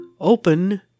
open